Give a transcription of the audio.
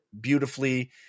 beautifully